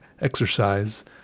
exercise